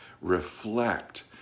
reflect